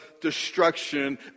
destruction